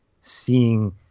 seeing